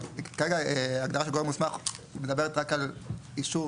כרגע ההגדרה של גורם מוסמך מדברת רק על אישור,